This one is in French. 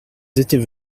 étaient